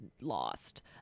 lost